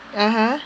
(uh huh)